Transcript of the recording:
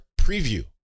preview